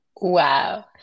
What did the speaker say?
Wow